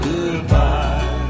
Goodbye